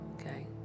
okay